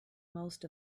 most